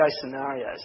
scenarios